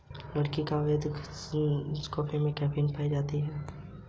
लकड़ी का अवैध कारोबार भी तेजी से बढ़ रहा है